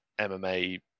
MMA